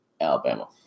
Alabama